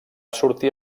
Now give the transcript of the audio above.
sortir